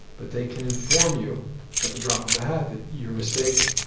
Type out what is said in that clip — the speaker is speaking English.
but they can inform you at the drop of a hat that you're mistaken.